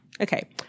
Okay